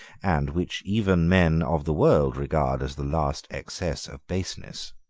and which even men of the world regard as the last excess of baseness.